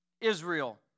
Israel